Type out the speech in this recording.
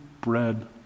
bread